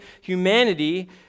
humanity